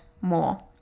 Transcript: more